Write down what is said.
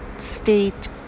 state